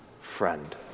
friend